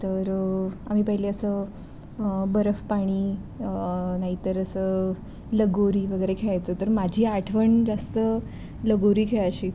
तर आम्ही पहिले असं बरफ पाणी नाहीतर असं लगोरी वगैरे खेळायचो तर माझी आठवण जास्त लगोरी खेळाची